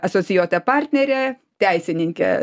asocijuota partnerė teisininkė